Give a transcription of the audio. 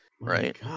right